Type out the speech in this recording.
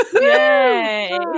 Yay